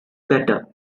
better